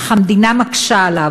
אך המדינה מקשה עליו.